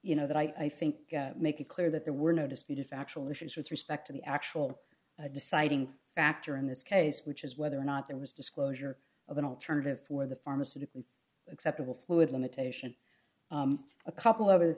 you know that i think make it clear that there were no disputed factual issues with respect to the actual deciding factor in this case which is whether or not there was disclosure of an alternative for the pharmaceutical acceptable fluid limitation a couple of other